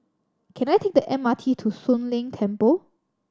can I take the M R T to Soon Leng Temple